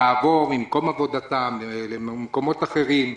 זה מפריע להם לעבור למקום עבודתם ולמקומות אחרים.